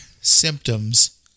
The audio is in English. symptoms